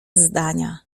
zdania